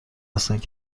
هستند